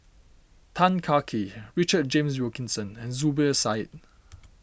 Tan Kah Kee Richard James Wilkinson and Zubir Said